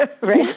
Right